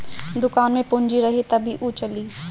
दुकान में पूंजी रही तबे उ चली